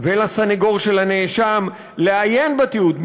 ולסנגור של הנאשם לעיין בתיעוד,